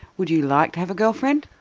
would you like to have a girlfriend?